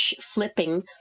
flipping